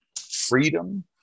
freedom